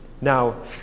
Now